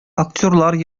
актерлар